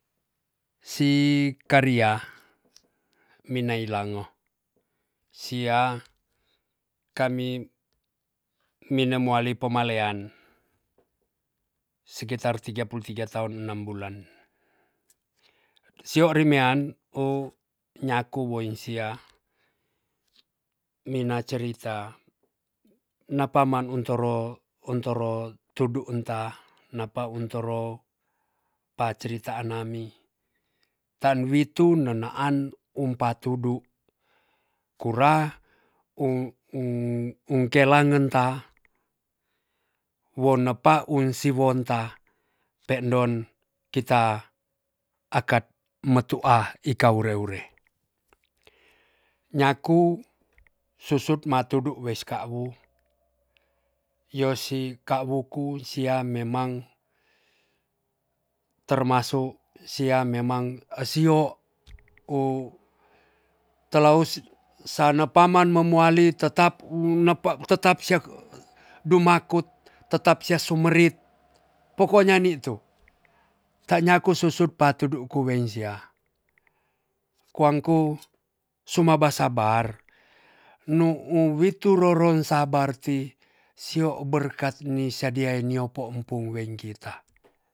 Sii karia minei lango sia kami minemuali pomalean sekitar tiga puluh tiga tahun enam bulan sio rimean u nyaku woi siamina cerita napaman untoro- untoro tudu entah napa untorou pacarita'an nami tan witu nona an umpatudu jura ung-ungkelangan ta wonepa unsi wonta pe'don kita akat metu a ika were-wure nyaku susut matudu weska wu wosi kauku sia memang termasuk sia memang sio u telewus sana paman memuali tetap u napa tetap sek dumako tetap sia sumerit pokoknya ni tu tanyaku susut pa tudu'ku wensia kuwang ku suma basabar nu u witu roron sabar ti sio berkat ni sadia niopo pung wingmkita